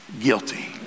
guilty